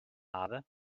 habe